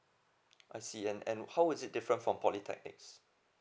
I see and and how is it different from polytechnics